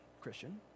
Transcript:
Christian